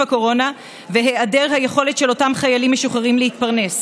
הקורונה והיעדר היכולת של אותם חיילים משוחררים להתפרנס.